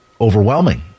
overwhelming